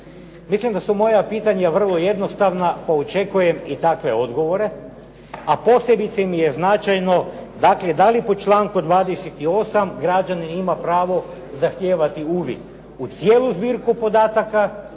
Mislim da su moja pitanja vrlo jednostavna pa očekujem i takve odgovore, a posebice mi je značajno dakle da li po članku 28. građanin ima pravo zahtijevati uvid u cijelu zbirku podataka